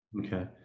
Okay